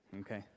Okay